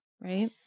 right